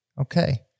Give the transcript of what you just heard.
Okay